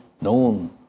known